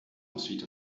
ensuite